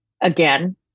again